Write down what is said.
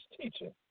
teaching